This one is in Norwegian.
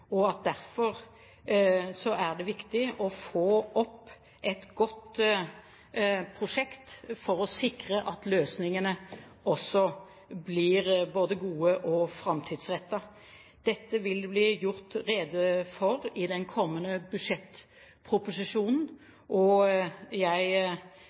Det er derfor viktig å få opp et godt prosjekt for å sikre at løsningene også blir både gode og framtidsrettet. Dette vil det bli gjort rede for i den kommende budsjettproposisjonen. Jeg